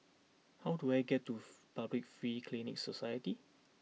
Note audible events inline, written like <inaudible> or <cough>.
how do I get to <hesitation> Public Free Clinic Society